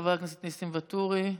חבר הכנסת ניסים ואטורי,